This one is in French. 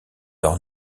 leur